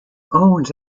owns